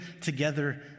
together